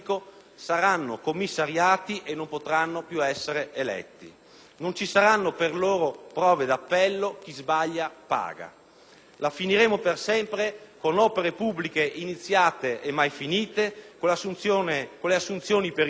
Non ci saranno per loro prove d'appello: chi sbaglia paga. La finiremo per sempre con opere pubbliche iniziate e mai finite, con le assunzioni per i voti di scambio, con l'abuso di auto blu, con ospedali